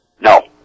No